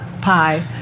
pie